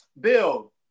Bill